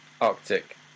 Arctic